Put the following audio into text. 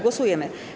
Głosujemy.